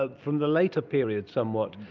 ah from the later period somewhat.